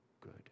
good